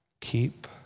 keep